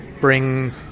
bring